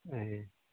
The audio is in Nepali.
ए